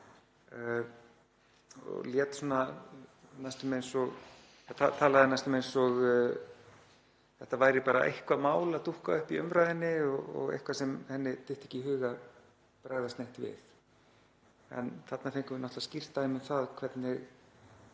tveggja ungu stúlkna og talaði næstum eins og þetta væri bara eitthvert mál að dúkka upp í umræðunni og eitthvað sem henni dytti ekki í hug að bregðast neitt við. En þarna fengum við náttúrlega skýrt dæmi um það hvernig